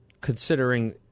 considering